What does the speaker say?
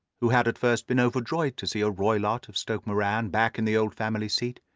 who had at first been overjoyed to see a roylott of stoke moran back in the old family seat,